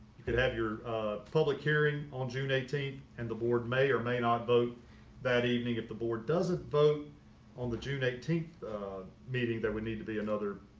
you could have your public hearing on june eighteen. and the board may or may not vote that evening if the board doesn't vote on the june eighteen meeting that we need to be another